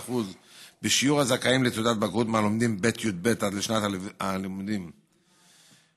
14% בשיעור הזכאים לתעודת בגרות מהלומדים בי"ב עד לשנת הלימודים תשפ"ב,